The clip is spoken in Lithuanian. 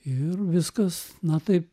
ir viskas na taip